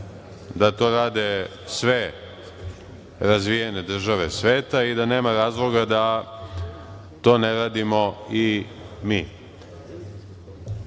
da to rade sve razvijene države sveta i da nema razloga da to ne radimo i